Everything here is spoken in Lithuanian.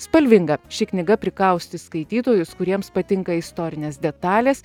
spalvinga ši knyga prikaustys skaitytojus kuriems patinka istorinės detalės